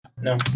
No